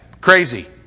crazy